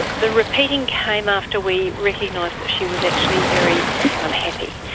the repeating came after we recognised that she was actually very unhappy.